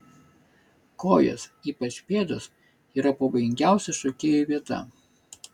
kojos ypač pėdos yra pavojingiausia šokėjų vieta